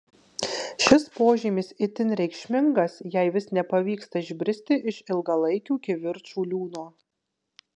šis požymis itin reikšmingas jei vis nepavyksta išbristi iš ilgalaikių kivirčų liūno